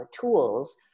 tools